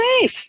safe